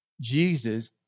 Jesus